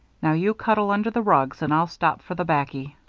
now, you cuddle under the rugs and i'll stop for the baccy.